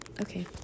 okay